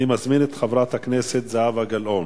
אני מזמין את חברת הכנסת זהבה גלאון.